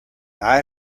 eye